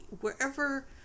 wherever